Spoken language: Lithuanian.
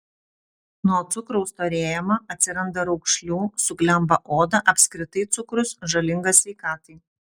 nuo cukraus storėjama atsiranda raukšlių suglemba oda apskritai cukrus žalingas sveikatai